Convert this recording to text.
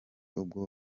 ubwo